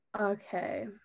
Okay